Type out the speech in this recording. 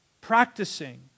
practicing